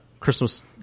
christmas